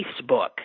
Facebook